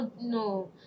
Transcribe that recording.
No